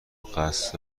قصد